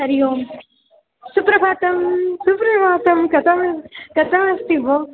हरिः ओम् सुप्रभातं सुप्रभातं कथं कथम् अस्ति भोः